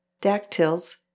Dactyls